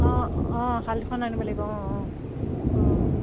অঁ অঁ শাল দুখন আনিব লাগিব অঁ অঁ অঁ অঁ